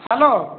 hello